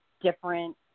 different